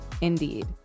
Indeed